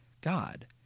God